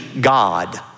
God